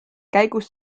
käigus